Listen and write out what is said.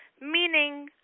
meaning